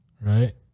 right